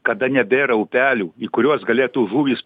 kada nebėra upelių į kuriuos galėtų žuvys